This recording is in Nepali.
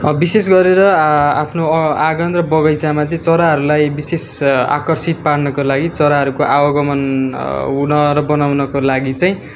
विशेष गरेर आफ्नो आँगन र बगैँचामा चाहिँ चराहरूलाई विशेष आकर्षित पार्नको लागि चराहरूको आवगमन हुन र बनाउनको लागि चाहिँ